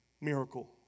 miracle